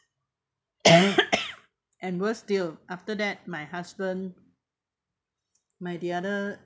and worse still after that my husband my the other